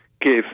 give